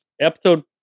Episode